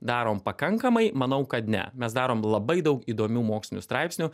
darom pakankamai manau kad ne mes darom labai daug įdomių mokslinių straipsnių